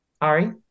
Ari